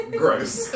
gross